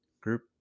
group